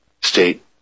state